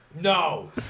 no